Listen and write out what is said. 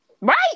right